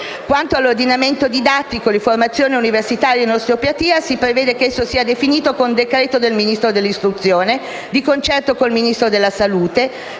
Quanto all'ordinamento didattico della formazione universitaria in osteopatia, si prevede che esso sia definito con decreto del Ministro dell'istruzione, dell'università e della